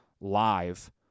live